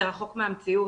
זה רחוק מהמציאות.